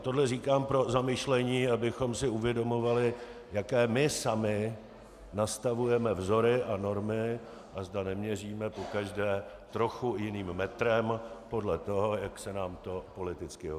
Tohle říkám pro zamyšlení, abychom si uvědomovali, jaké my sami nastavujeme vzory a normy a zda neměříme pokaždé trochu jiným metrem podle toho, jak se nám to politicky hodí.